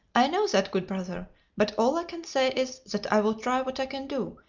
i know that, good brother but all i can say is, that i will try what i can do,